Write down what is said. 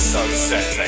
Sunset